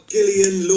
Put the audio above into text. Gillian